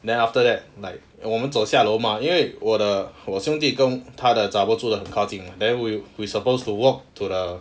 then after that like 我们走下楼 mah 因为我的好兄弟跟他的 zha-bor 住很靠近 lah then we we supposed to walk to the